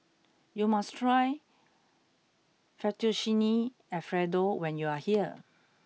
you must try Fettuccine Alfredo when you are here